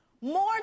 more